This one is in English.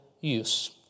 use